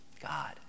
God